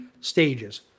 stages